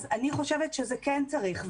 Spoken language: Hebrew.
אז אני חושבת שזה כן צריך.